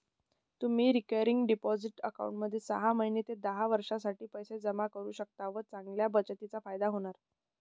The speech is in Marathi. तुम्ही रिकरिंग डिपॉझिट अकाउंटमध्ये सहा महिने ते दहा वर्षांसाठी पैसे जमा करू शकता व चांगल्या बचतीचा फायदा होणार